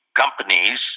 companies